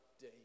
day